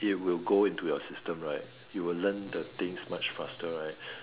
it will go into your system right you will learn the things much faster right